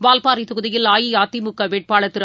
வால்பாறை தொகுதியில் அஇஅதிமுக வேட்பாளர் திரு